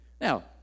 Now